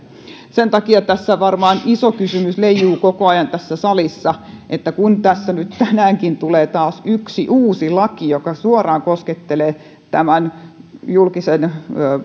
sen takia varmaan iso kysymys leijuu koko ajan tässä salissa kun nyt tänäänkin tulee taas yksi uusi laki joka suoraan koskettelee tämän julkisen